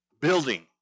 building